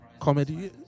comedy